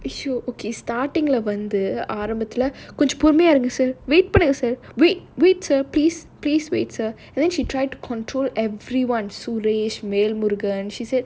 issue okay starting leh வந்து ஆரம்பத்துல கொஞ்சம் பொறுமையா இருங்க:vandhu aarambathulayae konjam porumaiyaa irunga wait wait sir please wait sir and then she tried to control everyone suresh vel murugan she said